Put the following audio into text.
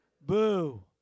boo